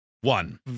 one